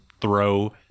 throw